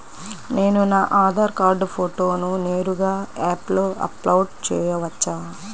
నేను నా ఆధార్ కార్డ్ ఫోటోను నేరుగా యాప్లో అప్లోడ్ చేయవచ్చా?